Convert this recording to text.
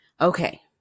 okay